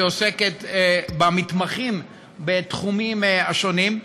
שעוסקת במתמחים בתחומים שונים.